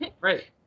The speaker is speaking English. Right